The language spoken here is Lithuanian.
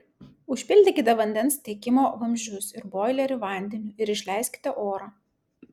užpildykite vandens tiekimo vamzdžius ir boilerį vandeniu ir išleiskite orą